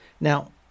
Now